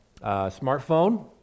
Smartphone